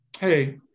Hey